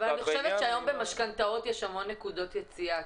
אבל אני חושבת שהיום במשכנתאות יש המון נקודות יציאה,